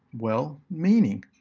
well, meaning.